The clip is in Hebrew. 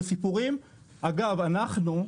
אנחנו,